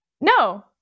No